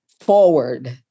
forward